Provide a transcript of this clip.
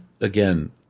again